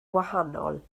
wahanol